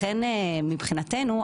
לכן מבחינתנו,